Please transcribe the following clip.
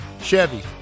Chevy